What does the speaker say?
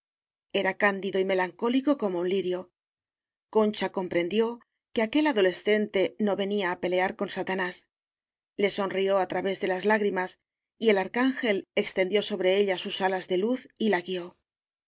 era cándido y melancólico como un lirio con cha comprendió que aquel adolescente no venía á pelear con satanás le sonrió á tra vés de las lágrimas y el arcángel extendió sobre ella sus alas de luz y la guió